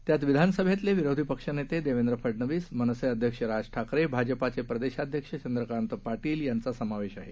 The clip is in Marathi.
त्यात विधासभेतले विरोधी पक्षनेते देवेंद्र फडनवीस मनसे अध्यक्ष राज ठाकरे भाजपाचे प्रदेशाध्यक्ष चंद्रकांत पाधील यांचा समावेश आहे